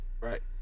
Right